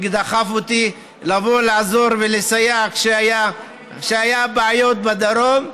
הוא דחף אותי לבוא לעזור ולסייע כשהיו בעיות בדרום,